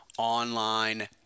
Online